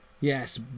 Yes